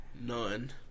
None